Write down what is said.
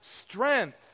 strength